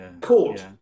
Court